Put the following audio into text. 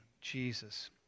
Jesus